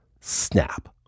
snap